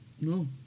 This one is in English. No